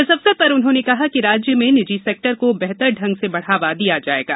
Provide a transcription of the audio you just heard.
इस अवसर पर उन्होंने कहा कि राज्य में निजी सेक्टर को बेहतर ढंग से बढ़ावा दिया जाएगा